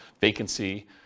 vacancy